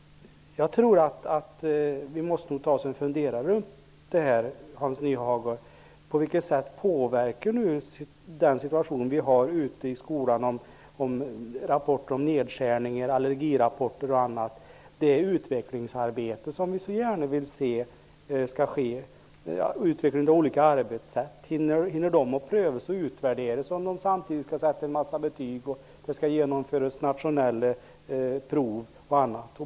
Jag tror att vi måste ta oss en funderare på detta, Hans Nyhage. På vilket sätt påverkar det den situation vi har ute i skolorna? Det har kommit rapporter om nedskärningar, allergirapporter och annat. Ni vill gärna att det skall ske ett utvecklingsarbete som leder till olika arbetssätt. Hinner de att prövas och utvärderas om det samtidigt skall sättas en massa betyg och genomföras nationella prov och annat?